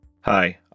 Hi